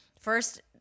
first